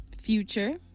Future